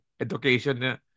education